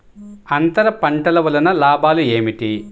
అంతర పంటల వలన లాభాలు ఏమిటి?